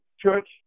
church